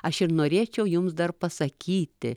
aš ir norėčiau jums dar pasakyti